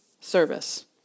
service